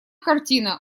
картина